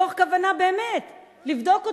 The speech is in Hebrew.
מתוך כוונה באמת לבדוק אותו,